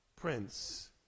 Prince